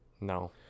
No